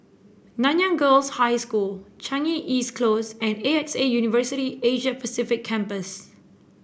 Nanyang Girls' High School Changi East Close and A X A University Asia Pacific Campus